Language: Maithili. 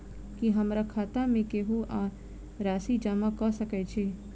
की हमरा खाता मे केहू आ राशि जमा कऽ सकय छई?